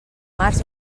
març